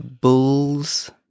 bull's